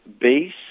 base